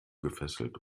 gefesselt